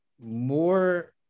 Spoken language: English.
more